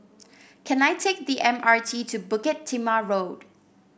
can I take the M R T to Bukit Timah Road